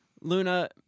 Luna